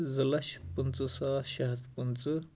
زٕ لَچھ پٕنٛژٕہ ساس شیٚے ہَتھ پٕنٛژٕہ